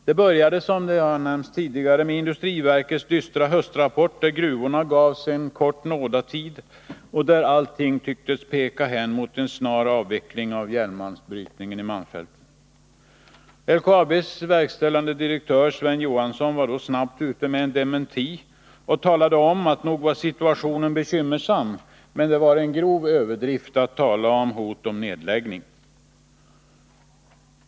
Det började, som redan nämnts här, med industriverkets dystra höstrapport, där gruvorna gavs en kort nådatid och allt tycktes peka hän mot en snar avveckling av järnmalmsbrytningen i malmfälten. LKAB:s verkställande direktör Sven Johansson var snabbt ute med en dementi och talade om att nog var situationen bekymmersam men att det var en grov överdrift att tala om hot om nedläggning.